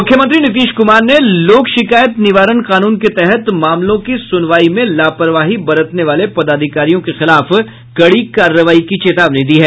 मुख्यमंत्री नीतीश कुमार ने लोक शिकायत निवारण कानून के तहत मामलों के सुनवाई में लापरवाही बरतने वाले पदाधिकारियों के खिलाफ कड़ी कार्रवाई की चेतावनी दी है